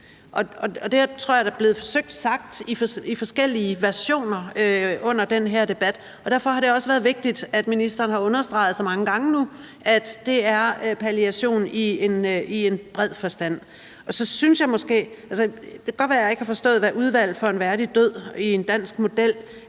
da er blevet forsøgt sagt på forskellige måder under den her debat. Derfor har det også været vigtigt, at ministeren nu så mange gange har understreget, at det er palliation i en bred forstand. Det kan godt være, at jeg ikke har forstået, hvad Udvalget for en mere værdig død i forhold til